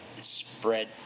spread